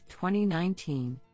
2019